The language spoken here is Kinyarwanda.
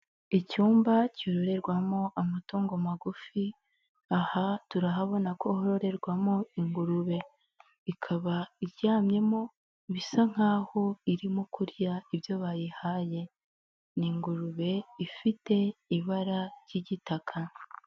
Icyumba cyororerwamo amatungo magufi, aha turahabona ko hororerwamo ingurube, ikaba iryamyemo, bisa nk'aho irimo kurya ibyo bayihaye. Ni ingurube ifite ibara ry'igitaka.